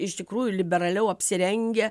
iš tikrųjų liberaliau apsirengę